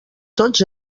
tots